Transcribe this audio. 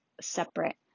separate